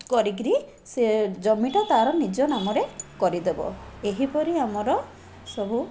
କରିକିରି ସିଏ ଜମିଟା ତାର ନିଜ ନାମରେ କରିଦେବ ଏହିପରି ଆମର ସବୁ